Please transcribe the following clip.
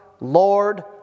Lord